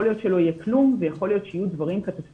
יכול להיות שלא יהיה כלום ויכול להיות שיהיו דברים קטסטרופליים.